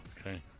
Okay